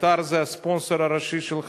קטאר היא הספונסר הראשי של "חמאס",